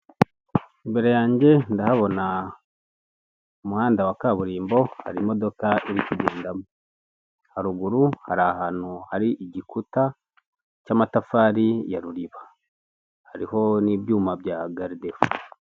Imbere yanjye ndahabona umuhanda wa kaburimbo, hari imodoka iri kugendamo. Haruguru hari ahantu hari igikuta cy'amatafari ya ruriba. Hariho n'ibyuma bya garidefo.